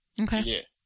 okay